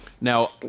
Now